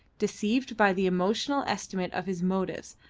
deceived by the emotional estimate of his motives,